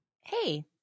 Hey